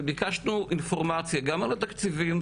וביקשנו אינפורמציה גם על התקציבים,